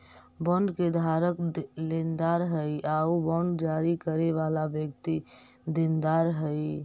bond के धारक लेनदार हइ आउ बांड जारी करे वाला व्यक्ति देनदार हइ